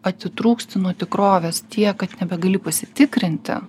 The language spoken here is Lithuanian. atitrūksti nuo tikrovės tiek kad nebegali pasitikrinti